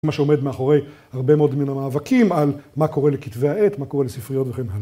מה שעומד מאחורי הרבה מאוד מן המאבקים על מה קורה לכתבי העת, מה קורה לספריות וכן הלאה.